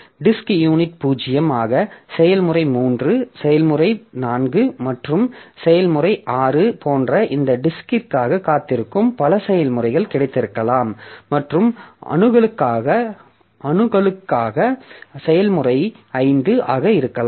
disk unit 0 ஆக செயல்முறை 3 செயல்முறை 14 மற்றும் செயல்முறை 6 போன்ற இந்த டிஸ்க்கிற்காக காத்திருக்கும் பல செயல்முறைகள் கிடைத்திருக்கலாம் மற்றும் அணுகலுக்காக செயல்முறை 5 ஆக இருக்கலாம்